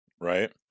right